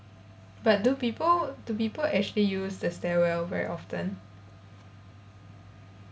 but do people do people actually use the stairwell very often